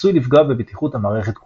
עשוי לפגוע בבטיחות המערכת כולה.